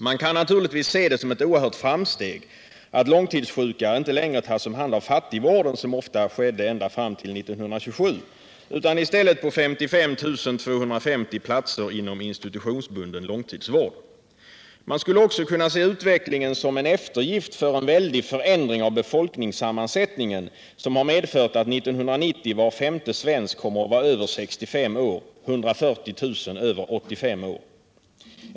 Man kan naturligtvis se det som ett oerhört framsteg att långtidssjuka inte längre tas om hand av fattigvården, som ofta skedde ända fram till 1927, utan i stället på 55 250 platser inom institutionsbunden långtidsvård. Man skulle också kunna se utvecklingen som en eftergift för en väldig förändring av befolkningssammansättningen som har medfört att 1990 var femte svensk kommer att vara över 65 år och 140 000 över 85 år.